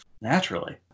Naturally